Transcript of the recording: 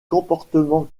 comportements